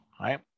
Right